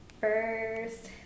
First